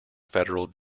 federal